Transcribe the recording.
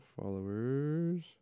Followers